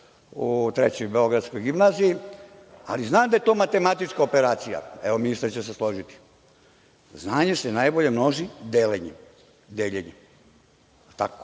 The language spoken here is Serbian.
u Trećoj beogradskoj gimnaziji, ali znam da je to matematička operacija. Evo, ministar će se složiti. Znanje se najbolje množi deljenjem. Zato